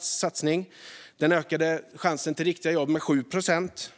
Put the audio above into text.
satsning, och den ökade chansen till riktiga jobb med 7 procent.